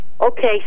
Okay